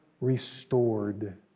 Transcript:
restored